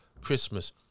christmas